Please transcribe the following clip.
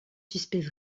suspects